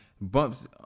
bumps